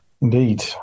Indeed